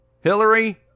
Hillary